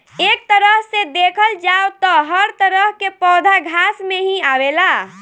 एक तरह से देखल जाव त हर तरह के पौधा घास में ही आवेला